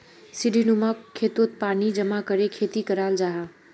सीढ़ीनुमा खेतोत पानी जमा करे खेती कराल जाहा